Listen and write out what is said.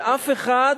שאף אחד